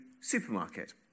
supermarket